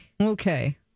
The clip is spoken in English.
Okay